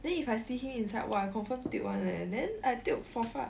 then if I see him inside !wah! I confirm tio [one] leh then tio for fuck